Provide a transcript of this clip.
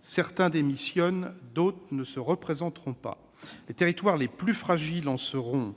Certains démissionnent, d'autres ne se représenteront pas. Les territoires les plus fragiles en seront